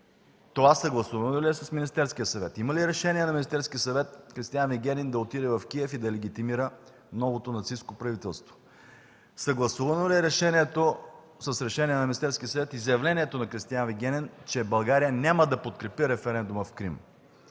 Това съгласувано ли е с Министерския съвет? Има ли решение на Министерския съвет Кристиан Вигенин да отиде в Киев и да легитимира новото нацистко правителство? Съгласувано ли е с решение на Министерския съвет изявлението на Кристиан Вигенин, че България няма да признае референдума в Крим?